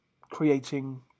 creating